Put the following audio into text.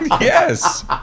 Yes